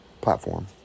platform